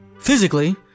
physically